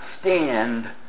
stand